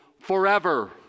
Forever